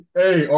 hey